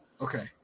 Okay